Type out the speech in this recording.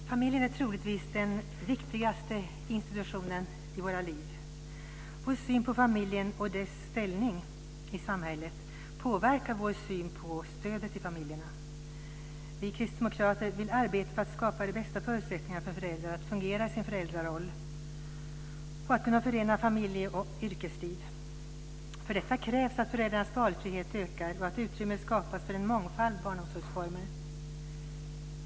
Fru talman! Familjen är troligtvis den viktigaste institutionen i våra liv. Vår syn på familjen och dess ställning i samhället påverkar vår syn på stödet till familjerna. Vi kristdemokrater vill arbeta för att skapa de bästa förutsättningarna för föräldrar att fungera i sin föräldraroll och kunna förena familje och yrkesliv. För detta krävs att föräldrarnas valfrihet ökar och att utrymme skapas för en mångfald barnomsorgsformer.